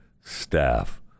staff